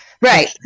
Right